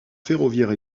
ferroviaire